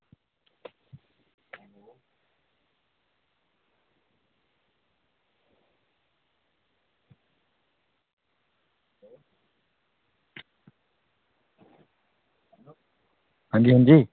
आं जी आं जी